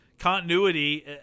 continuity